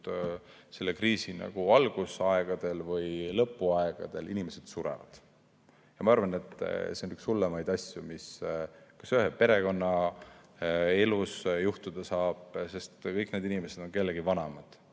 selle kriisi algusaegadel või lõpuaegadel – inimesed surevad. Ma arvan, et see on üks hullemaid asju, mis ühe perekonna elus juhtuda saab, sest kõik need inimesed on kellegi vanaemad,